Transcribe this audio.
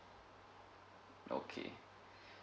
okay